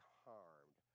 harmed